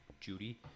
Judy